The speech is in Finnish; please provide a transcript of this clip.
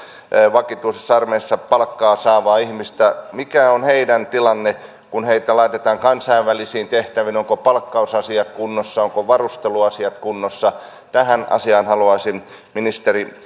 vakituisesti armeijassa palkkaa saavaa ihmistä mikä on heidän tilanteensa kun heitä laitetaan kansainvälisiin tehtäviin ovatko palkkausasiat kunnossa ovatko varusteluasiat kunnossa tähän asiaan haluaisin ministeri